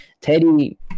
Teddy